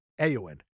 Eowyn